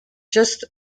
just